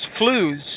flus